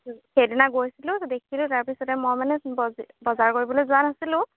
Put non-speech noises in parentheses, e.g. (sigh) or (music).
সেইদিনা গৈছিলোঁ ত' দেখিলোঁ তাৰপিছতে মই মানে (unintelligible) বজাৰ কৰিবলৈ যোৱা নাছিলোঁ